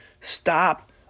Stop